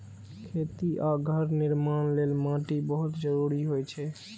खेती आ घर निर्माण लेल माटि बहुत जरूरी होइ छै